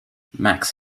max